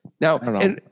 now